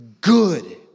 good